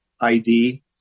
ID